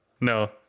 no